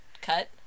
cut